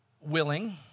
willing